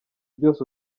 byose